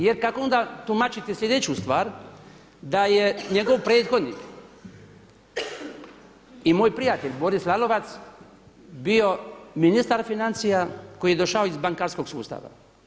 Jer kako onda tumačite sljedeću stvar, da je njegov prethodnik i moj prijatelj Boris Lalovac bio ministar financija koji je došao iz bankarskog sustava?